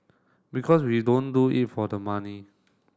because we don't do it for the money